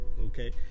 okay